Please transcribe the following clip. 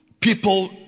people